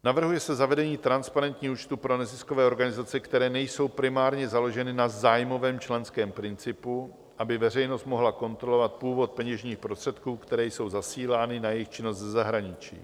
Navrhuje se zavedení transparentních účtů pro neziskové organizace, které nejsou primárně založeny na zájmovém členském principu, aby veřejnost mohla kontrolovat původ peněžních prostředků, které jsou zasílány na jejich činnost ze zahraničí.